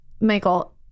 Michael